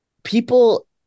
People